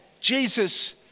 Jesus